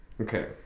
Okay